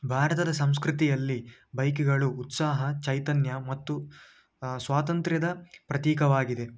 ಭಾರತದ ಸಂಸ್ಕೃತಿಯಲ್ಲಿ ಬೈಕುಗಳು ಉತ್ಸಾಹ ಚೈತನ್ಯ ಮತ್ತು ಸ್ವಾತಂತ್ರ್ಯದ ಪ್ರತೀಕವಾಗಿದೆ